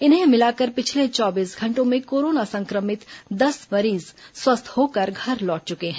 इन्हें मिलाकर पिछले चौबीस घंटों में कोरोना संक्रमित दस मरीज स्वस्थ होकर घर लौट चुके हैं